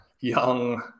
young